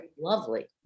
lovely